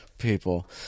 people